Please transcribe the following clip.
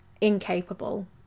incapable